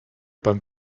pan